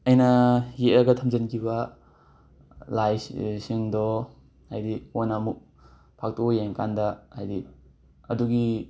ꯑꯩꯅ ꯌꯦꯛꯑꯒ ꯊꯝꯖꯤꯟꯈꯤꯕ ꯂꯥꯏꯁ ꯁꯤꯡꯗꯣ ꯍꯥꯏꯗꯤ ꯀꯣꯟꯅ ꯑꯃꯨꯛ ꯐꯥꯛꯇꯣꯛꯑ ꯌꯦꯡꯀꯥꯟꯗ ꯍꯥꯏꯗꯤ ꯑꯗꯨꯒꯤ